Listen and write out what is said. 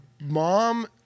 mom